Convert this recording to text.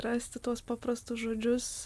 rasti tuos paprastus žodžius